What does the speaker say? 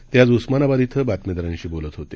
ते आज उस्मानाबाद इथं बातमीदाराशी बोलत होते